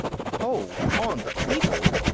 hold on the people!